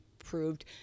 approved